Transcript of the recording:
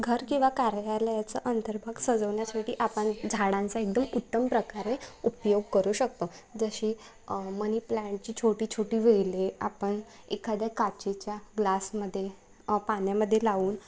घर किंवा कार्यालयाचं अंतर्भाग सजवण्यासाठी आपण झाडांचा एकदम उत्तम प्रकारे उपयोग करू शकतो जशी मनी प्लांटची छोटी छोटी वेले आपण एखाद्या काचेच्या ग्लासमध्ये पाण्यामध्ये लावून